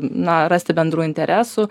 na rasti bendrų interesų